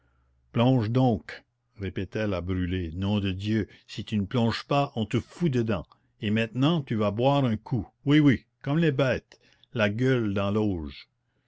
plonge donc répétait la brûlé nom de dieu si tu ne plonges pas on te fout dedans et maintenant tu vas boire un coup oui oui comme les bêtes la gueule dans l'auge